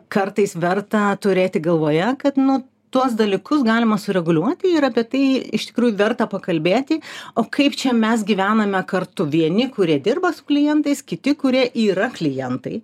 kartais verta turėti galvoje kad nu tuos dalykus galima sureguliuoti ir apie tai iš tikrųjų verta pakalbėti o kaip čia mes gyvename kartu vieni kurie dirba su klientais kiti kurie yra klientai